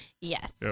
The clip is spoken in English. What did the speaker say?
Yes